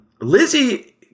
Lizzie